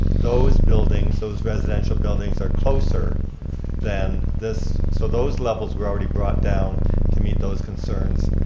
those buildings, those residential buildings are closer than this. so those levels were already brought down to meet those concerns.